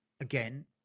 Again